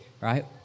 right